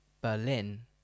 Berlin